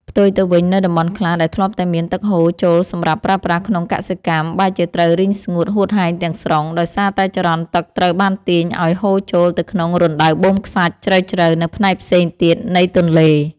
ផ្ទុយទៅវិញ នៅតំបន់ខ្លះដែលធ្លាប់តែមានទឹកហូរចូលសម្រាប់ប្រើប្រាស់ក្នុងកសិកម្ម បែរជាត្រូវរីងស្ងួតហួតហែងទាំងស្រុង ដោយសារតែចរន្តទឹកត្រូវបានទាញឱ្យហូរចូលទៅក្នុងរណ្តៅបូមខ្សាច់ជ្រៅៗនៅផ្នែកផ្សេងទៀតនៃទន្លេ។